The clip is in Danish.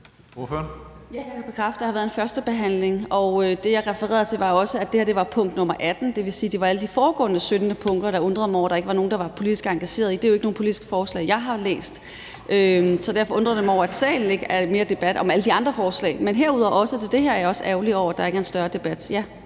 Jeg kan bekræfte, at der har været en første behandling, og det, jeg refererede til, var jo også, at det her er punkt nr. 18, og det vil sige, at jeg undrede mig over, at der ikke var nogen, der var politisk engageret ved alle de foregående 17 punkter. Det er jo ikke nogen politiske forslag, jeg har læst, så derfor undrede jeg mig over, at der ikke i salen var mere debat om alle de andre forslag. Men derudover er jeg også ærgerlig over, at der ikke er en større debat